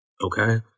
Okay